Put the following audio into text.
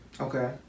Okay